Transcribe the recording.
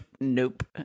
nope